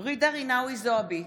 בהצבעה ג'ידא רינאוי זועבי,